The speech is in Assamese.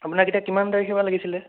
আপোনাক এতিয়া কিমান তাৰিখে বা লাগিছিলে